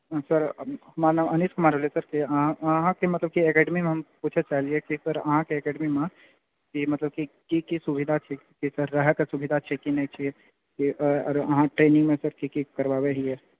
sir हमरा नाम अनीश कुमार भेल सर अहाँ अहाँकेँ मतलब एकेडेमीमे हम पूछैत रहलिऐ की सर अहाँकेँ एकेडमीमे की मतलब की की सुविधा छै की सर रहएके सुविधा छै कि नहि छै अहाँ ट्रेनिङ्गमे की की करबाबै हीए